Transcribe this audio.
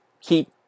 keep